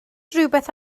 rhywbeth